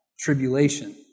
tribulation